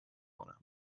کنم